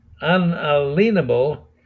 unalienable